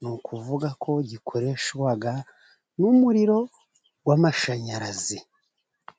Ni ukuvuga ko gikoreshwa n'umuriro w'amashanyarazi.